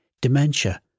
dementia